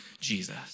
Jesus